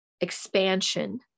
expansion